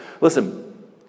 Listen